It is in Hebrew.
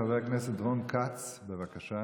חבר הכנסת רון כץ, בבקשה.